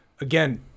again